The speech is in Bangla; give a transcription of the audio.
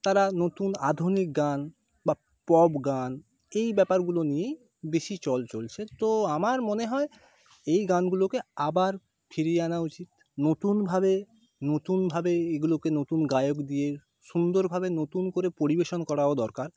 তারা নতুন আধুনিক গান বা পপ গান এই ব্যাপারগুলো নিয়েই বেশি চল চলছে তো আমার মনে হয় এই গানগুলোকে আবার ফিরিয়ে আনা উচিত নতুনভাবে নতুনভাবে এগুলোকে নতুন গায়ক দিয়ে সুন্দরভাবে নতুন করে পরিবেশন করাও দরকার